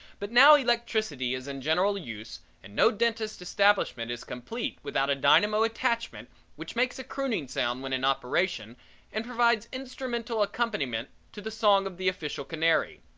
but now electricity is in general use and no dentist's establishment is complete without a dynamo attachment which makes a crooning sound when in operation and provides instrumental accompaniment to the song of the official canary.